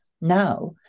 Now